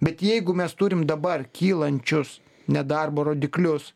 bet jeigu mes turim dabar kylančius nedarbo rodiklius